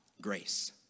grace